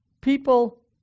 people